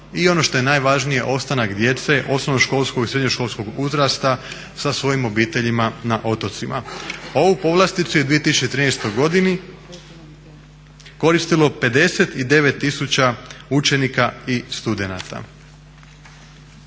i ono što je najvažnije ostanak djece osnovnoškolskog i srednjoškolskog uzrasta sa svojim obiteljima na otocima. Ovu povlasticu je 2013. godini koristilo 59000 učenika i studenata.